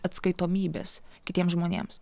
atskaitomybės kitiems žmonėms